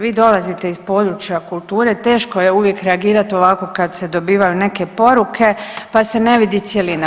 Vi dolazite iz područja kulture, teško je uvijek reagirat ovako kad se dobivaju neke poruke, pa se ne vidi cjelina.